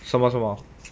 什么什么